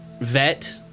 vet